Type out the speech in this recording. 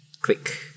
click